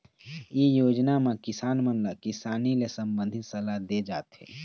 ए योजना म किसान मन ल किसानी ले संबंधित सलाह दे जाथे